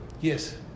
yes